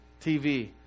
TV